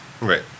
Right